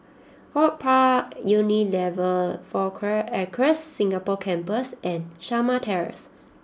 HortPark Unilever Four Acres Singapore Campus and Shamah Terrace